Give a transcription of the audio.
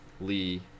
Lee